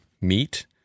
meat